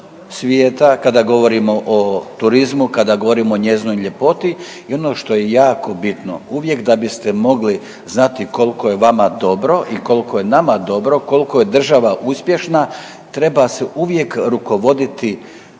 svijeta kada govorimo o turizmu, kada govorimo o njezinoj ljepoti i ono što je jako bitno uvijek da biste mogli znati koliko je vama dobro i koliko je nama dobro kolko je država uspješna treba se uvijek rukovoditi